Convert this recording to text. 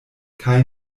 kaj